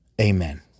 Amen